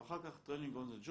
ואחר כך Training on-the-job,